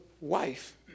wife